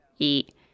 eat